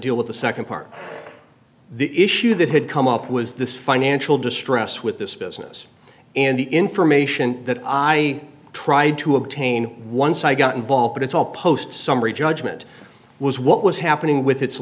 deal with the nd part the issue that had come up was this financial distress with this business and the information that i tried to obtain once i got involved but it's all post summary judgment was what was happening with its